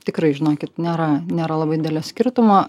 tikrai žinokit nėra nėra labai didelio skirtumo